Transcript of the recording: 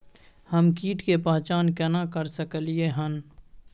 हम कीट के पहचान केना कर सकलियै हन?